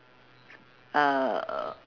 uh